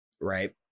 right